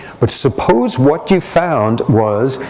but suppose what you found was,